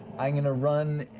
i'm going to run